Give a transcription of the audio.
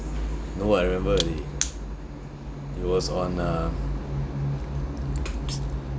no I remember already it was on uh